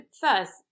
first